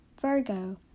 Virgo